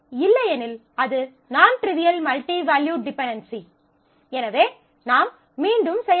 இல்லையெனில் அது நான் ட்ரிவியல் மல்டி வேல்யூட் டிபென்டென்சி எனவே நாம் மீண்டும் செய்ய வேண்டும்